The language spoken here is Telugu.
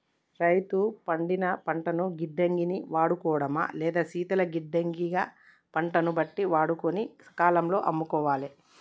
రైతు పండిన పంటను గిడ్డంగి ని వాడుకోడమా లేదా శీతల గిడ్డంగి గ పంటను బట్టి వాడుకొని సకాలం లో అమ్ముకోవాలె